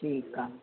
ठीकु आहे